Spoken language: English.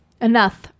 Enough